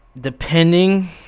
Depending